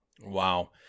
Wow